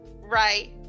right